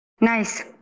Nice